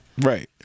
Right